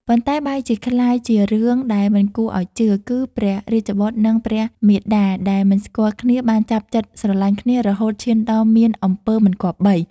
ប៉ុន្តែបែរជាក្លាយជារឿងដែលមិនគួរឲ្យជឿ គឺព្រះរាជបុត្រនិងព្រះមាតាដែលមិនស្គាល់គ្នាបានចាប់ចិត្តស្រឡាញ់គ្នារហូតឈានដល់មានអំពើមិនគប្បី។